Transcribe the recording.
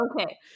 okay